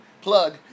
Plug